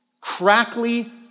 Crackly